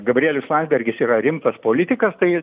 gabrielius landsbergis yra rimtas politikas tai